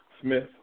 Smith